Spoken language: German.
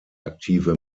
aktive